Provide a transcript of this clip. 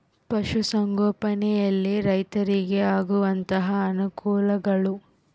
ಪಶುಸಂಗೋಪನೆಯಲ್ಲಿ ರೈತರಿಗೆ ಆಗುವಂತಹ ಅನುಕೂಲಗಳು?